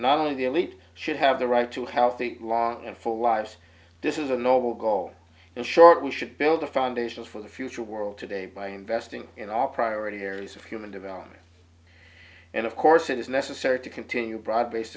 not only the elite should have the right to healthy long and full lives this is a noble goal and short we should build the foundations for the future world today by investing in our priority areas of human development and of course it is necessary to continue broad based